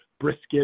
brisket